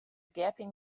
gaping